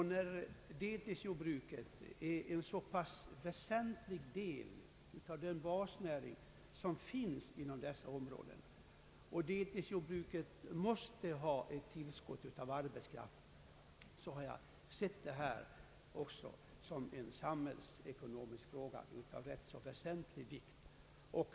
Enär deltidsiordbruken är en mycket väsentlig del av den basnäring som finns inom dessa områden och deltidsjordbruken måste ha ett tillskott av arbetskraft, har jag sett detta som en samhällsfråga av ganska stor betydelse.